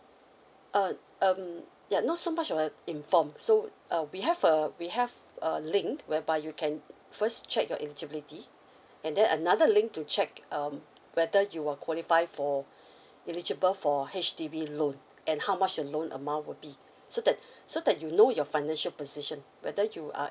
uh um ya no so much of uh inform so uh we have a we have a link whereby you can first check your eligibility and then another link to check um whether you are qualify for eligible for H_D_B loan and how much the loan amount would be so that so that you know your financial position whether you are